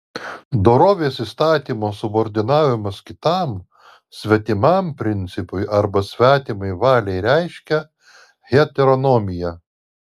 dorovės įstatymo subordinavimas kitam svetimam principui arba svetimai valiai reiškia heteronomiją